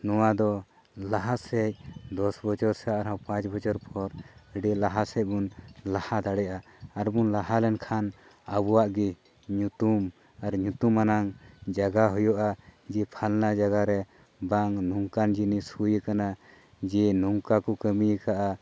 ᱱᱚᱣᱟ ᱫᱚ ᱞᱟᱦᱟ ᱥᱮᱡ ᱫᱚᱥ ᱵᱚᱪᱷᱚᱨ ᱥᱮ ᱟᱨᱦᱚᱸ ᱯᱟᱸᱪ ᱵᱚᱪᱷᱚᱨ ᱯᱚᱨ ᱟᱹᱰᱤ ᱞᱟᱦᱟᱥᱮᱫ ᱵᱚᱱ ᱞᱟᱦᱟ ᱫᱟᱲᱮᱭᱟᱜᱼᱟ ᱟᱨᱵᱚᱱ ᱞᱟᱦᱟ ᱞᱮᱱᱠᱷᱟᱱ ᱟᱵᱚᱣᱟᱜ ᱜᱮ ᱧᱩᱛᱩᱢ ᱟᱨ ᱧᱩᱛᱩᱢ ᱟᱱᱟᱜ ᱡᱟᱭᱜᱟ ᱦᱩᱭᱩᱜᱼᱟ ᱡᱮ ᱯᱷᱟᱞᱱᱟ ᱡᱟᱭᱜᱟ ᱨᱮ ᱵᱟᱝ ᱱᱚᱝᱠᱟᱱ ᱡᱤᱱᱤᱥ ᱦᱩᱭ ᱠᱟᱱᱟ ᱡᱮ ᱱᱚᱝᱠᱟ ᱠᱚ ᱠᱟᱹᱢᱤ ᱟᱠᱟᱜᱼᱟ